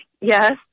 yes